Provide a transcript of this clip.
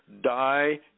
die